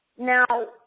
Now